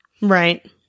Right